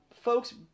Folks